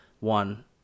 one